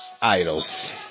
idols